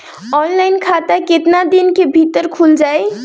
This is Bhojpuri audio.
ऑनलाइन खाता केतना दिन के भीतर ख़ुल जाई?